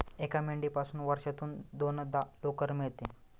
एका मेंढीपासून वर्षातून दोनदा लोकर मिळते